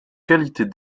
qualités